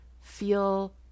feel